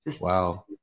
Wow